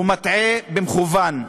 מטעה במכוון.